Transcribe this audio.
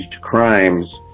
crimes